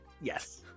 Yes